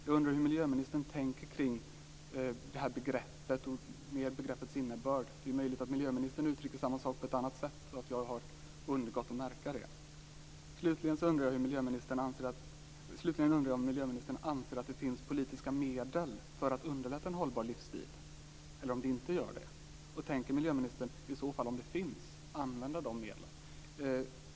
Jag undrar hur miljöministern tänker kring det här begreppet, och mer kring begreppets innebörd. Det är möjligt att miljöministern uttrycker samma sak på ett annat sätt och att jag har undgått att märka det. Slutligen undrar jag om miljöministern anser att det finns politiska medel för att underlätta en hållbar livsstil. Tänker miljöministern i så fall använda de medlen?